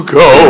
go